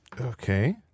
Okay